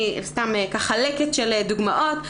אני אתן לקט של דוגמאות.